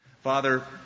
Father